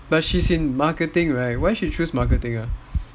but she's in marketing right why she choose marketing ah